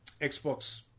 Xbox